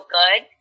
good